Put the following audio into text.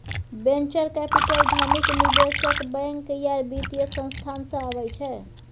venture capital धनिक निबेशक, bank या बित्तीय संस्थान सँ अबै छै